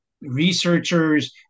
researchers